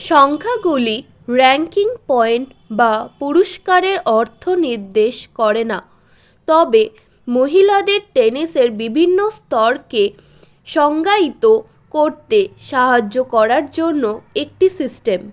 সংখ্যাগুলি ranking point বা পুরস্কারের অর্থ নির্দেশ করে না তবে মহিলাদের টেনিসের বিভিন্ন স্তরকে সংজ্ঞায়িত করতে সাহায্য করার জন্য একটি সিস্টেম